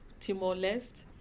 Timor-Leste